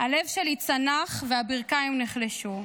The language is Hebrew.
הלב שלי צנח והברכיים נחלשו.